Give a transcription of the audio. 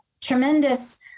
tremendous